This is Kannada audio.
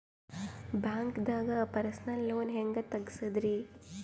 ಬ್ಯಾಂಕ್ದಾಗ ಪರ್ಸನಲ್ ಲೋನ್ ಹೆಂಗ್ ತಗ್ಸದ್ರಿ?